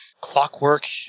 clockwork